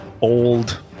old